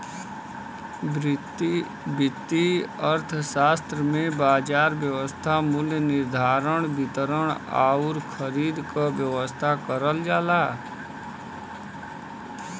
वित्तीय अर्थशास्त्र में बाजार व्यवस्था मूल्य निर्धारण, वितरण आउर खरीद क व्यवस्था करल जाला